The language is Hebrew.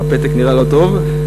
הפתק נראה לא טוב,